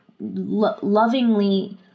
lovingly